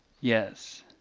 yes